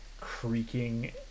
creaking